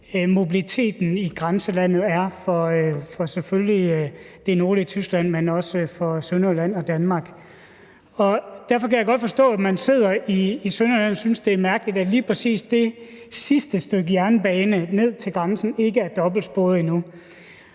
mobiliteten i grænselandet er for selvfølgelig det nordlige Tyskland, men også for Sønderjylland og Danmark. Derfor kan jeg godt forstå, at man sidder i Sønderjylland og synes, at det er mærkeligt, at lige præcis det sidste stykke jernbane ned til grænsen ikke er dobbeltsporet endnu.